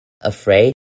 afraid